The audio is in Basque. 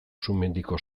sumendiko